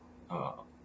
uh